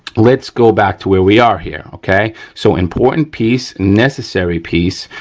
let's go back to where we are here, okay, so important piece, necessary piece,